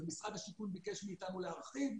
ומשרד השיכון ביקש מאיתנו להרחיב,